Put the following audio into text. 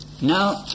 now